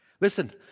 Listen